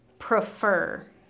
prefer